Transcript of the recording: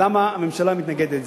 למה הממשלה מתנגדת.